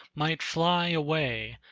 might fly away,